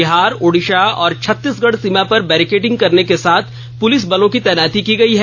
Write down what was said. बिहार ओड़िशा ओड़िसा और छत्तीसगढ़ सीमा पर बैरिकेडिंग करने के साथ पुलिस बलों की तैनाती की गई है